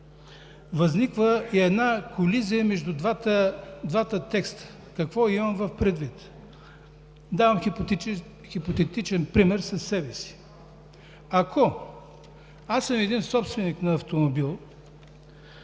възниква колизия между двата текста. Какво имам предвид? Давам хипотетичен пример със себе си. Ако аз съм собственик на автомобил,